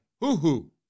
hoo-hoo